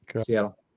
Seattle